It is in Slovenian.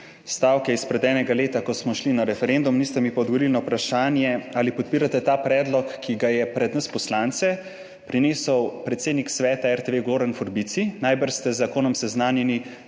stavke izpred enega leta, ko smo šli na referendum, niste mi pa odgovorili na vprašanje, ali podpirate ta predlog, ki ga je pred nas poslance prinesel predsednik Sveta RTV Goran Forbici. Najbrž ste z zakonom seznanjeni,